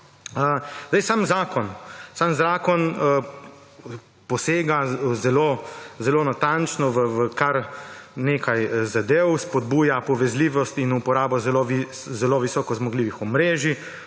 Sam zakon posega zelo natančno v kar nekaj zadev, spodbuja povezljivost in uporabo zelo visoko zmogljivih omrežij,